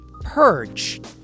purge